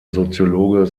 soziologe